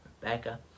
Rebecca